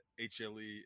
HLE